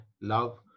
love